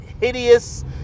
hideous